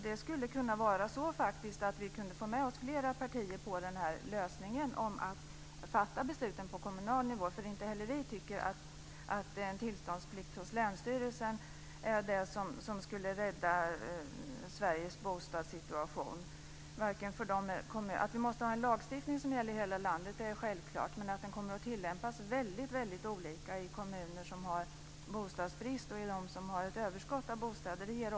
Det skulle faktiskt kunna vara så att vi kunde få med oss fler partier på lösningen att besluten ska fattas på kommunal nivå, eftersom inte heller vi tycker att en tillståndsplikt hos länsstyrelsen skulle rädda Sveriges bostadssituation. Att vi måste ha en lagstiftning som gäller för hela landet är självklart. Men det här betänkandet ger en klar vink om att den kommer att tillämpas väldigt olika i kommuner med bostadsbrist och i dem med ett överskott av bostäder.